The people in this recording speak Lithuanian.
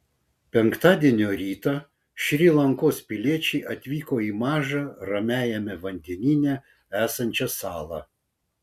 penktadienio rytą šri lankos piliečiai atvyko į mažą ramiajame vandenyne esančią salą